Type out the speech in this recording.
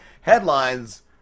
headlines